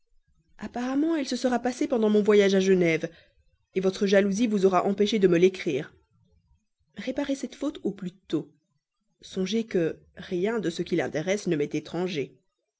apparemment elle se sera passée pendant mon voyage à genève votre jalousie vous aura empêché de me l'écrire réparez cette faute au plus tôt songez que rien de ce qui l'intéresse ne m'est étranger